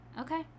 Okay